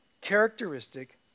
characteristic